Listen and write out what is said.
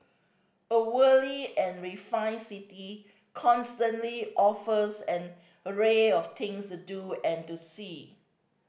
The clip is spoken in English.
a worldly and refined city constantly offers an array of things to do and to see